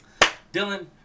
Dylan